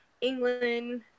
england